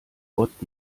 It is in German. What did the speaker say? gott